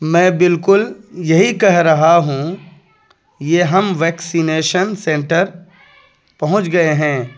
میں بالکل یہی کہہ رہا ہوں یہ ہم ویکسینیشن سنٹر پہنچ گئے ہیں